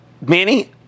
Manny